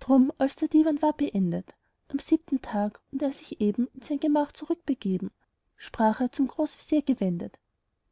drum als der diwan war beendet am siebten tag und er sich eben in sein gemach zurückbegeben sprach er zum großvezier gewendet